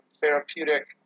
therapeutic